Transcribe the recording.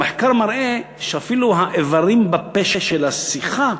המחקר מראה שאפילו האיברים בפה, של השיחה,